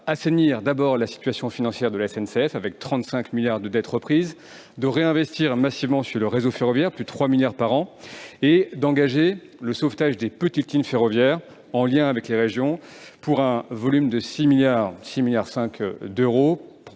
assainir la situation financière de la SNCF, avec 35 milliards d'euros de dette reprise, à réinvestir massivement sur le réseau ferroviaire- plus de 3 milliards d'euros par an -et à engager le sauvetage des petites lignes ferroviaires en lien avec les régions, pour un volume de 6,5 milliards d'euros